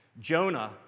Jonah